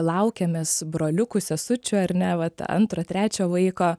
laukiamės broliukų sesučių ar ne vat antro trečio vaiko